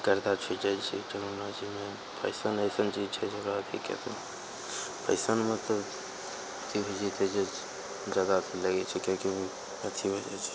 गर्दा छुटि जाइ छै टेक्नोलॉजीमे फैशन अइसन चीज छै जकरा अथी कए कऽ फैशनमे तऽ किएक कि उ अथीमे नहि छै